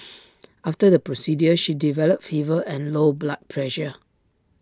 after the procedure she developed fever and low blood pressure